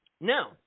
Now